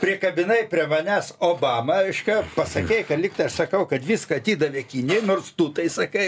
prikabinai prie manęs obamą reiškia pasakei kad lygtai aš sakau kad viską atidavė kinijai nors tu tai sakai